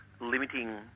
limiting